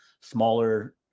smaller